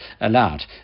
allowed